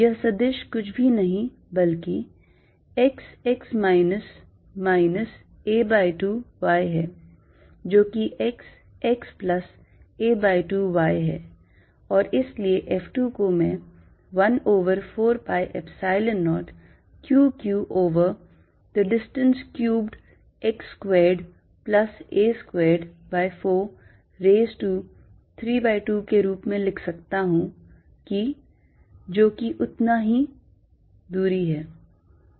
यह सदिश कुछ भी नहीं है लेकिन x x minus minus a by 2 y है जो कि x x plus a by 2 y है और इसलिए F2 को मैं 1 over 4 pi epsilon 0 Q q over the distance cubed x squared plus a squared by 4 raise to 3 by 2 के रूप में लिख सकता हूं कि जो कि उतनी ही दूरी है